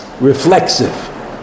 reflexive